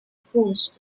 forced